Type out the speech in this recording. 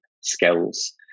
skills